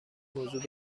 موضوع